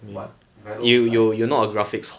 but Velo is like